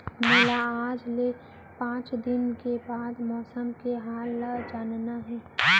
मोला आज ले पाँच दिन बाद के मौसम के हाल ल जानना हे?